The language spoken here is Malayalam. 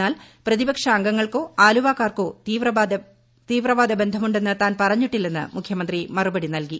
എന്നാൽ പ്രതിപക്ഷ അംഗങ്ങൾക്കോ ആലുവക്കാർക്കോ തീവ്രവാദ ബന്ധമു ന്ന് താൻ പറഞ്ഞിട്ടില്ലെന്ന് മുഖ്യമന്ത്രി മറുപട്ടി ഫ്നിൽകി